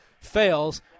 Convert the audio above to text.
fails